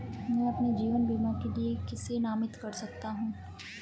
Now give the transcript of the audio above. मैं अपने जीवन बीमा के लिए किसे नामित कर सकता हूं?